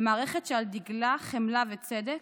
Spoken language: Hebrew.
למערכת שעל דגלה חמלה וצדק,